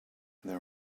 there